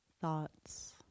thoughts